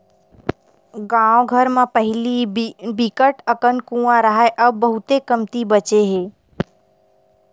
गाँव घर म पहिली बिकट अकन कुँआ राहय अब बहुते कमती बाचे हे